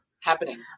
happening